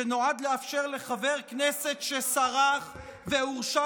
שנועד לאפשר לחבר כנסת שסרח והורשע